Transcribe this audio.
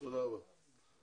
תודה רבה.